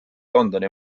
londoni